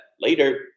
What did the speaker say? Later